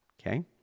Okay